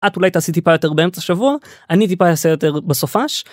את אולי תעשי טיפה יותר באמצע השבוע אני טיפה יעשה יותר בסופש.